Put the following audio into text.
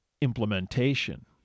implementation